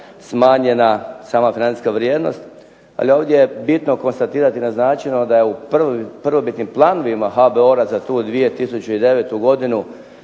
smanjena sama financijska vrijednost. Ali ovdje je bitno konstatirati, naznačeno da u prvobitnim planovima HBOR-a za tu 2009. godinu